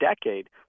decade